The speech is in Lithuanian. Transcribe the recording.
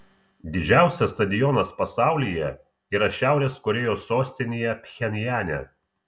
didžiausias stadionas pasaulyje yra šiaurės korėjos sostinėje pchenjane